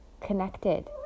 connected